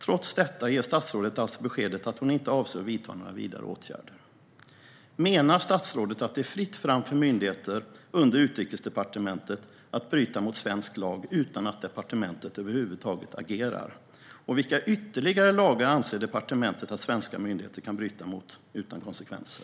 Trots detta ger statsrådet alltså beskedet att hon inte avser att vidta några vidare åtgärder. Menar statsrådet att det är fritt fram för myndigheter under Utrikesdepartementet att bryta mot svensk lag utan att departementet över huvud taget agerar? Vilka ytterligare lagar anser departementet att svenska myndigheter kan bryta mot utan konsekvenser?